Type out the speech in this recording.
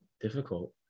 Difficult